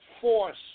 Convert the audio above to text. force